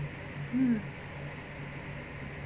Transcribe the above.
mm